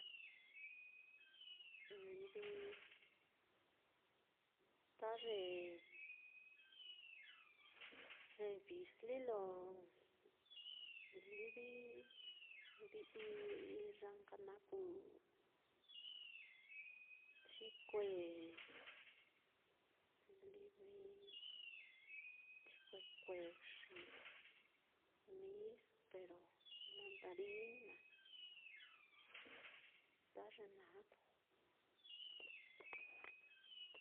Livi ta ye ju vijli lo livi iya nka naá kuu chikue, livi chikue kuexi, mispero, mandarina, ta ye naá kuu.